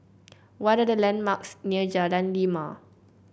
what are the landmarks near Jalan Lima